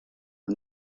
are